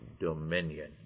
dominion